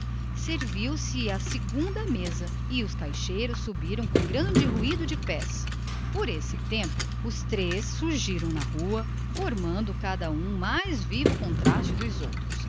pantaleão servida a segunda mesa os caixeiros subiram com grande ruído de pés por esse tempo aqueles três surgiam na rua formando cada qual mais vivo contraste com os outros